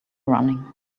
running